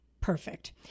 Perfect